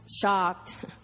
shocked